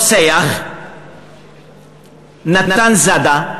רוצח, נתן זאדה,